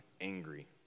angry